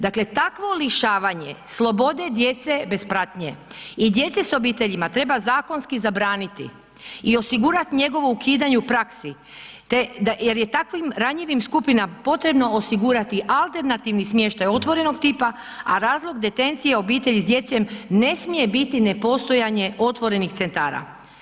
Dakle, takvo lišavanje slobode djece bez pratnje i djece s obiteljima treba zakonski zabraniti i osigurat njegovo ukidanje u praksi, te da, jer je takvim ranjivim skupinama potrebno osigurati alternativni smještaj otvorenog tipa, a razlog detencije obitelji s djecom ne smije biti nepostojanje otvorenih centara.